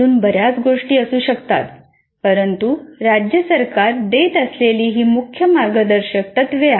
अजून बर्याच गोष्टी असू शकतात परंतु राज्य सरकार देत असलेली ही मुख्य मार्गदर्शक तत्त्वे आहेत